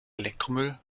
elektromüll